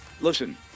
listen